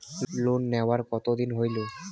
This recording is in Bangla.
লোন নেওয়ার কতদিন হইল?